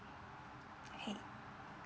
hey